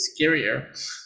scarier